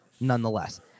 nonetheless